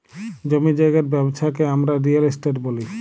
জমি জায়গার ব্যবচ্ছা কে হামরা রিয়েল এস্টেট ব্যলি